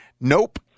Nope